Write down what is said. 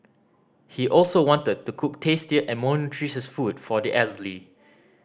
he also wanted to cook tastier and more nutritious food for the elderly